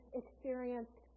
experienced